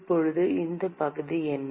இப்போது அந்தப் பகுதி என்ன